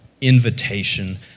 invitation